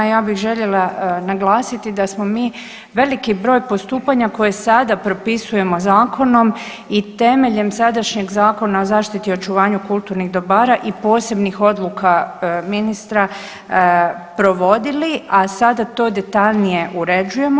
Ja bih željela naglasiti da smo mi veliki broj postupanja koje sada propisujemo zakonom i temeljem sadašnjeg Zakona o zaštiti i očuvanju kulturnih dobara i posebnih odluka ministra provodili, a sada to detaljnije uređujemo.